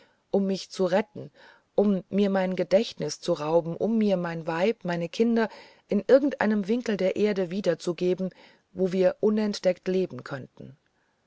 um mich zu retten um mir mein gedächtnis zu rauben um mir mein weib meine kinder in irgend einem winkel der erde wieder zu geben wo wir unentdeckt leben könnten